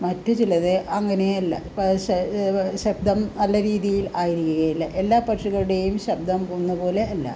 മറ്റു ചിലത് അങ്ങനെയല്ല പക്ഷെ ശബ്ദം നല്ല രീതിയിൽ ആയിരിക്കുകയില്ല എല്ലാ പക്ഷികളുടെയും ശബ്ദം ഒന്നുപോലെ അല്ല